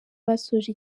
basoje